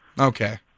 Okay